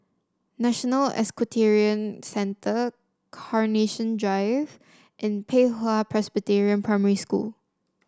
National Equestrian Centre Carnation Drive and Pei Hwa Presbyterian Primary School